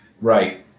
Right